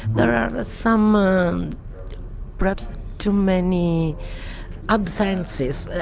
there are some, um perhaps too many absences.